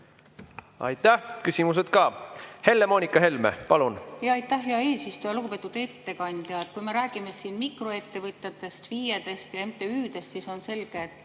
Aitäh! Küsimused ka. Helle-Moonika Helme, palun! Aitäh, hea eesistuja! Lugupeetud ettekandja! Kui me räägime mikroettevõtjatest, FIE‑dest ja MTÜ‑dest, siis on selge, et